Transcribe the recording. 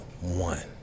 one